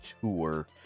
Tour